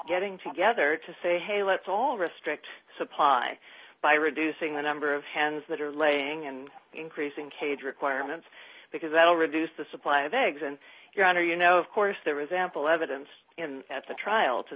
getting together to say hey let's all respect supply by reducing the number of hands that are laying and increasing cage requirements because that will reduce the supply of eggs and your honor you know of course there is ample evidence and that's a trial to